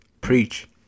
Preach